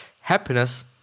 Happiness